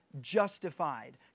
justified